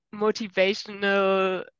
motivational